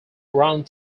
round